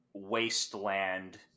wasteland